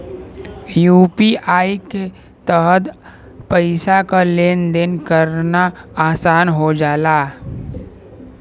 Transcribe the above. UPI के तहत पइसा क लेन देन करना आसान हो जाला